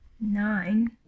Nine